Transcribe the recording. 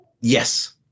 Yes